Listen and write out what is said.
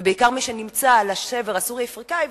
ובעיקר למי שנמצא על השבר הסורי-אפריקני.